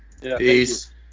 Peace